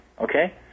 okay